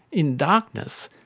in darkness,